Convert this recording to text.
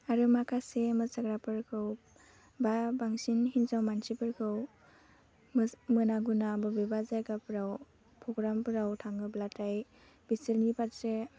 आरो माखासे मोसाग्राफोरखौ बा बांसिन हिनजाव मानसिफोरखौ मोना गुना बबेबा जायगाफोराव प्र'ग्रामफोराव थाङोब्लाथाय बिसोरनि फारसे